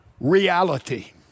reality